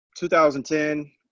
2010